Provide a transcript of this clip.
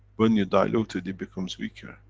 when you dilute it, it becomes weaker.